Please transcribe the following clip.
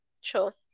Sure